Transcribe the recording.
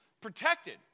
protected